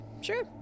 Sure